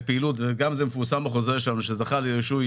הנושא של חיזוק הנכבה, חברת הכנסת זועבי,